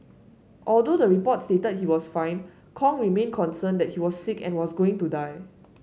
although the report stated he was fine Kong remained concerned that he was sick and was going to die